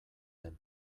den